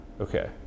Okay